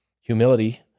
humility